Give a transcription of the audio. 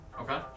Okay